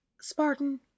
spartan